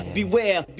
beware